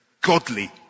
Godly